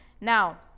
Now